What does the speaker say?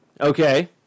Okay